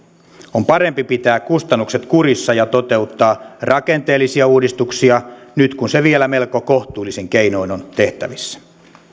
on parempi pitää kustannukset kurissa ja toteuttaa rakenteellisia uudistuksia nyt kun se vielä melko kohtuullisin keinoin on tehtävissä